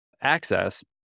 access